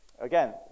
Again